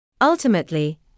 Ultimately